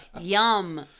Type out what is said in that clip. Yum